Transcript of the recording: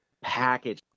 Package